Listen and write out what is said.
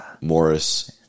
Morris